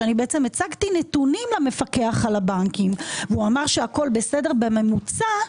שאני בעצם הצגתי נתונים למפקח על הבנקים והוא אמר שהכול בסדר בממוצע,